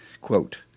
Quote